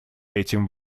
этим